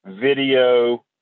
video